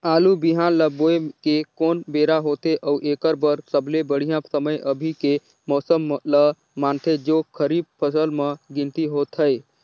आलू बिहान ल बोये के कोन बेरा होथे अउ एकर बर सबले बढ़िया समय अभी के मौसम ल मानथें जो खरीफ फसल म गिनती होथै?